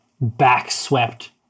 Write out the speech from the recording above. back-swept